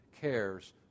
cares